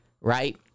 right